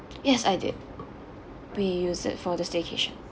yes I did we used it for the staycation